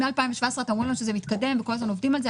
מ-2017 אתם אומרים לנו שזה מתקדם וכל הזמן עובדים על זה.